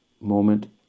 moment